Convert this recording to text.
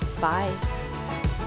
Bye